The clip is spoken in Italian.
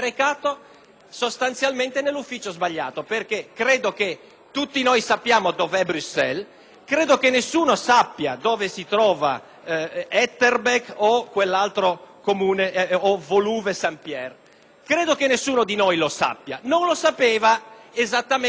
tutti noi sappiamo dov'è Bruxelles, ma credo che nessuno sappia dove si trova Etterbeek o Woluwe-Saint-Pierre. Credo che nessuno di noi lo sappia. Non lo sapeva esattamente neanche lui, pensava che il confine fosse un numero civico accanto.